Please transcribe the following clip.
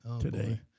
today